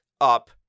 up